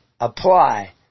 apply